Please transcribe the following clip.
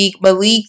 Malik